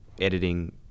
editing